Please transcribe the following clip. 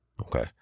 okay